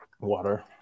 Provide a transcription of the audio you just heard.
Water